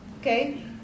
Okay